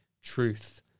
truth